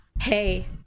hey